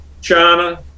China